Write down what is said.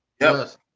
yes